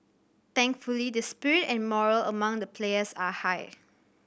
thankfully the spirit and morale among the players are high